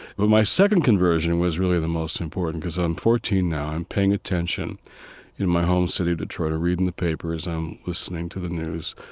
but my second conversion was really the most important, because i'm fourteen now, i'm paying attention in my home city, detroit. i'm reading the papers, i'm listening to the news,